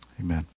Amen